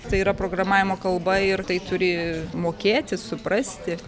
tai yra programavimo kalba ir tai turi mokėti suprasti